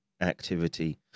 activity